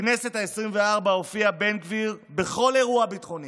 בכנסת העשרים-וארבע הופיע בן גביר בכל אירוע ביטחוני.